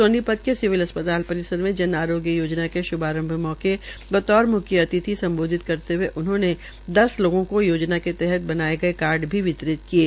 सोनपत के सिविल अस्पताल परिसर में आरोग्य योजना के श्भारंभ मौके बतौर म्ख्य अतिथि सम्बोधित करते हए उनहोंने कहा कि दस लोगों को योजना के तहत बनाये गये कार्ड भी वितरित किये